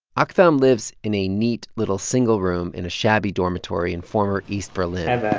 ah aktham lives in a neat little single room in a shabby dormitory in former east berlin